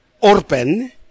Orpen